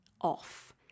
off